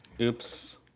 Oops